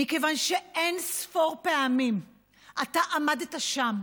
מכיוון שאין-ספור פעמים אתה עמדת שם,